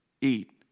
eat